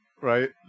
Right